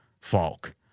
Falk